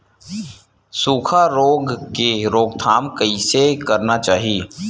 सुखा रोग के रोकथाम कइसे करना चाही?